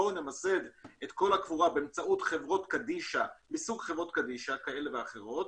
בואו נמסד את כל הקבורה באמצעות חברות קדישא כאלה ואחרות,